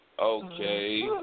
Okay